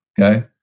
Okay